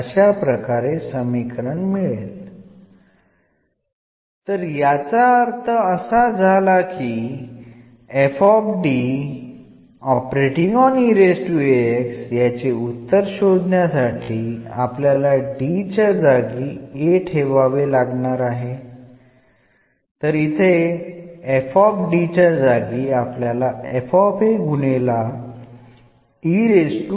അതിനാൽ നമുക്ക് എന്ന് ഉള്ളപ്പോൾ ഇവിടെയുള്ള മുഴുവൻ പദങ്ങളിലും എല്ലാം എന്ന് മാറ്റി എഴുതുന്നതിലൂടെ എന്നു ലഭിക്കുന്നു